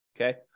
Okay